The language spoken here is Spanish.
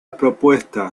propuesta